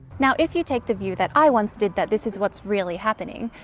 now, if you take the view that i once did that this is what's really happening.